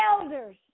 elders